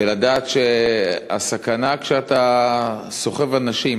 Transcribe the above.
ולדעת שהסכנה היא כשאתה סוחב אנשים